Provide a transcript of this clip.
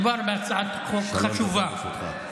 מדובר בהצעת חוק חשובה,